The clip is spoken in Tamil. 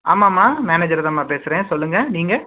ஆமாம்மா மேனேஜர் தாம்மா பேசுகிறேன் சொல்லுங்கள் நீங்கள்